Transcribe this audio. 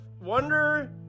wonder